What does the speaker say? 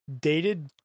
dated